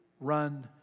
run